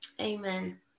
Amen